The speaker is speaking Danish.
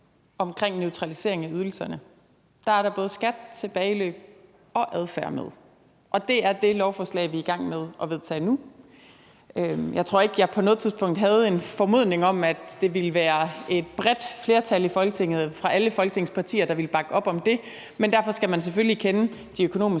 omkring neutralisering af ydelserne, er både skat, tilbageløb og adfærd med, og det er det lovforslag, vi er i gang med at vedtage nu. Jeg tror ikke, jeg på noget tidspunkt havde en formodning om, at det ville være et bredt flertal i Folketinget fra alle Folketingets partier, der ville bakke op om det, men derfor skal man selvfølgelig kende de økonomiske